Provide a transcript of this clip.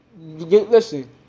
listen